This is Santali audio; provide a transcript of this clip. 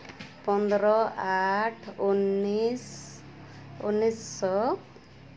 ᱯᱚᱱᱨᱚ ᱟᱴ ᱩᱱᱤᱥ ᱩᱱᱤᱥᱥᱚ